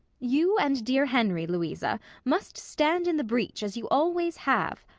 you and dear henry, louisa, must stand in the breach as you always have.